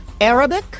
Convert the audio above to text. Arabic